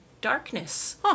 darkness